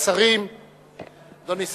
מאחורי המליאה.